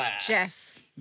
Jess